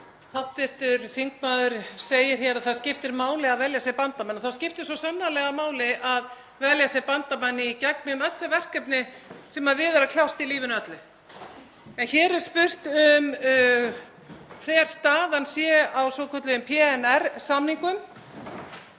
Hv. þingmaður segir hér að það skipti máli að velja sér bandamenn og það skiptir svo sannarlega máli að velja sér bandamenn í gegnum öll þau verkefni sem við er að kljást í lífinu öllu. En hér er spurt hver staðan sé á svokölluðum